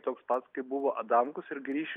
toks pats kaip buvo adamkus ir grįš